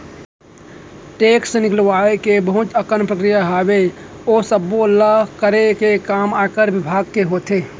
tax निकलवाय के बहुत अकन प्रक्रिया हावय, ओ सब्बो ल करे के काम आयकर बिभाग के होथे